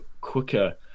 quicker